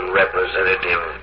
representative